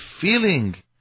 feeling